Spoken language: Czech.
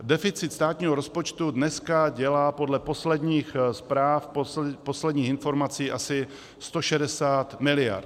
Deficit státního rozpočtu dneska dělá podle posledních zpráv, posledních informací, asi 160 miliard.